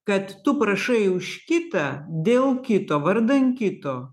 kad tu prašai už kitą dėl kito vardan kito